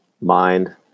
mind